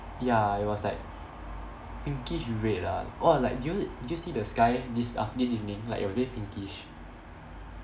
ya it was like pinkish red lah oh like do you do you see the sky this af~ this evening like it was very pinkish